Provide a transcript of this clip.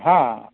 હા